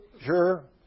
sure